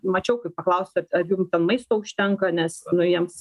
mačiau kaip paklausė ar ar jum ten maisto užtenka nes nu jiems